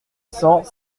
cent